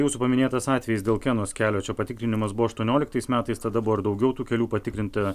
jūsų paminėtas atvejis dėl kenos kelio čia patikrinimas buvo aštuonioliktais metais tada buvo ir daugiau tų kelių patikrinta